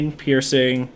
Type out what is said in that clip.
piercing